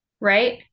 right